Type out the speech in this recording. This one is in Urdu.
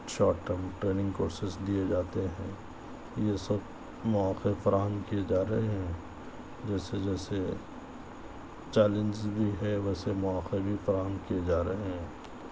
شارٹ ٹرم ٹریننگ کورسز دیئے جاتے ہیں یہ سب مواقع فراہم کیے جا رہے ہیں جیسے جیسے چیلنجیز بھی ہے ویسے مواقع بھی فراہم کئے جا رہے ہیں